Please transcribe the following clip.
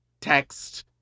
text